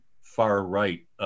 far-right